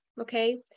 okay